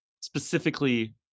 specifically